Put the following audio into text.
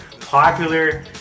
popular